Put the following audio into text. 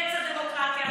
קץ הדמוקרטיה.